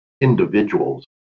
individuals